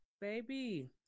Baby